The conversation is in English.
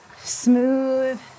smooth